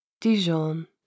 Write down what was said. Dijon